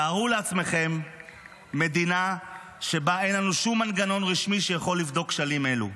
תארו לעצמכם מדינה שבה אין לנו שום מנגנון רשמי שיכול לבדוק כשלים אלו.